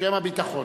בשם הביטחון.